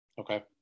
Okay